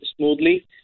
smoothly